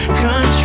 control